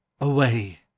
away